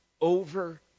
over